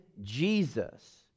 Jesus